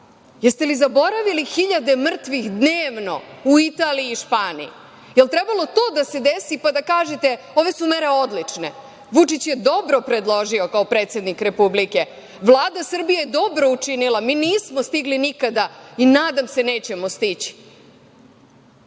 Jeste li zaboravili hiljade mrtvih dnevno u Italiji i Španiji? Jel trebalo to da se desi pa da kažete – ove su mere odlične, Vučić je dobro predložio kao predsednik republike. Vlada Srbije je dobro učinila, mi nismo stigli nikada i nadam se da nećemo stići. Ne